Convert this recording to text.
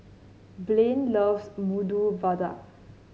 Blaine loves Medu Vada